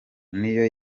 n’iyo